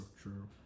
true